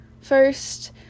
First